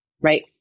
right